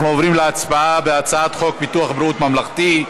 אנחנו עוברים להצבעה על הצעת חוק ביטוח בריאות ממלכתי.